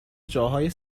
جاهای